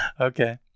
Okay